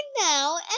now